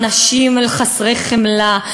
או שהאנשים חסרי חמלה.